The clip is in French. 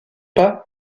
pas